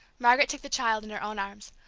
margaret took the child in her own arms.